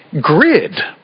grid